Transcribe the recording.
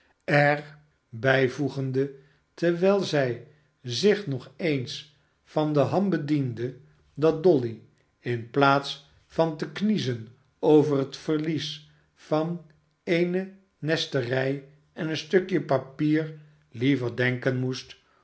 er bijvoegende terwijl zij zich nog eens van de ham bediende dat dolly in plaats van te kniezen over het verlies van eene nesterij en een stukje papier liever denken moest